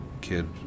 kid